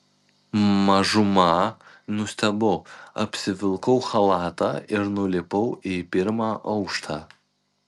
mažumą nustebau apsivilkau chalatą ir nulipau į pirmą aukštą